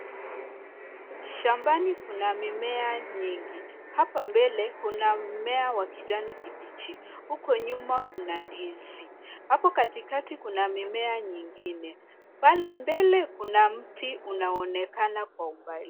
Shambani kuna mimea nyingi. Hapa mbele, kuna mmea wa kijani kibichi. Huko nyuma kuna ndizi. Hapo katikati kuna mimea nyingine. Pale mbele kuna mti unaonekana kwa umbali.